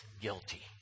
guilty